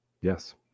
yes